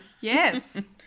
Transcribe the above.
Yes